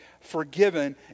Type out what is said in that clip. forgiven